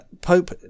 Pope